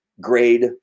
grade